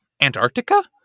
Antarctica